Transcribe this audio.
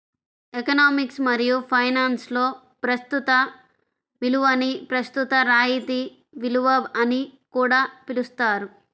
economics మరియు ఫైనాన్స్లో ప్రస్తుత విలువని ప్రస్తుత రాయితీ విలువ అని కూడా పిలుస్తారు